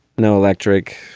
no electric.